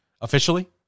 officially